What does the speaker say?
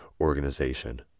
organization